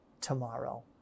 tomorrow